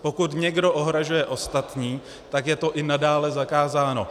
Pokud někdo ohrožuje ostatní, tak je to i nadále zakázáno.